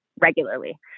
regularly